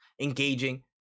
engaging